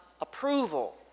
approval